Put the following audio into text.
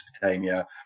Mesopotamia